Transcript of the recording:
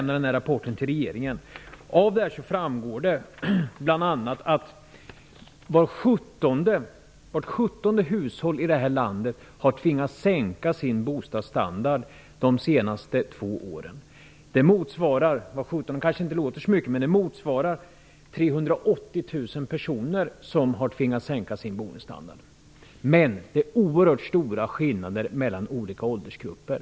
Av rapporten framgår bl.a. att vart sjuttonde hushåll i det här landet har tvingats sänka sin bostadsstandard under de senaste två åren. Vart sjuttonde hushåll kanske inte låter så mycket, men det motsvarar 380 000 personer. Det är emellertid oerhört stora skillnader mellan olika åldersgrupper.